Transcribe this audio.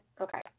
Okay